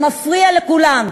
שמפריע לכולם,